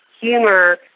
humor